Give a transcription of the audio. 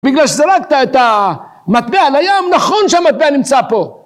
בגלל שזרקת את המטבע על הים, נכון שהמטבע נמצא פה.